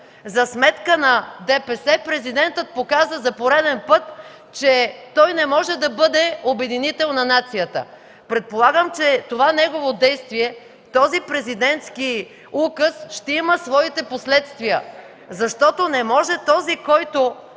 за сметка на ДПС, Президентът показа за пореден път, че той не може да бъде обединител на нацията. Предполагам, че това негово действие, този президентски указ ще има своите последствия, защото не може този, който